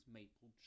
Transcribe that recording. maple